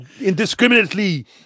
indiscriminately